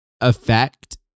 effect